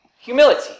humility